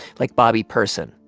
like bobby person,